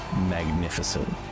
magnificent